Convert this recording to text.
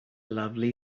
lovely